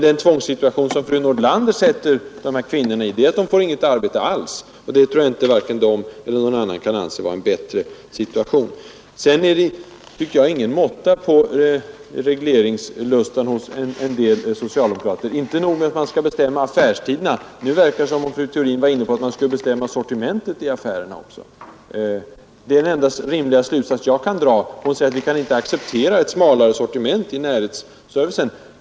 Den tvångssituation som fru Nordlander sätter dessa kvinnor i är att de inte får något förvärvsarbete alls. Det tror jag varken de själva eller någon annan kan anse vara en bättre situation. Det är ingen måtta på regleringslusten hos en del socialdemokrater. Inte nog med att man skall bestämma affärstiderna. Nu verkar det som om fru Theorin var inne på att man skulle bestämma sortimentet i affärerna också. Det är den enda rimliga slutsats jag kan dra, när hon säger att vi inte kan acceptera ett smalare sortiment i närhetsservicen.